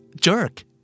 Jerk